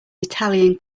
italian